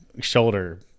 shoulder